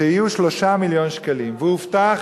שיהיו 3 מיליון שקלים, והובטח